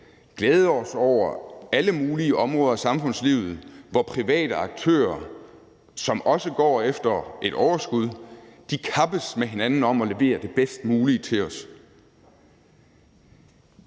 glæde os over alle mulige områder af samfundslivet, hvor private aktører, som også går efter et overskud, kappes med hinanden om at levere det bedst mulige til os.